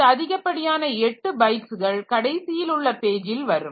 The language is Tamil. இந்த அதிகப்படியான 8 பைட்ஸ்கள் கடைசியில் உள்ள பேஜில் வரும்